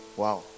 wow